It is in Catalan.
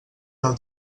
del